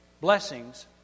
blessings